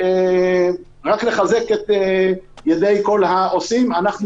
רק לחזק את ידי כל העושים במלאכה.